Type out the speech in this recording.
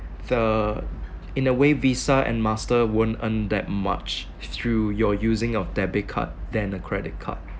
the in a way visa and master won't earn that much through your using of debit card than a credit card